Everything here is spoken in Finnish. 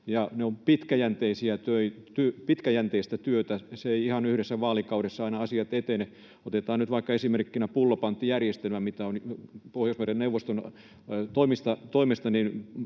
ne ovat pitkäjänteistä työtä. Asiat eivät ihan yhdessä vaalikaudessa aina etene. Otetaan nyt vaikka esimerkkinä pullopanttijärjestelmä, mitä on Pohjoismaiden neuvoston toimesta